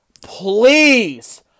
please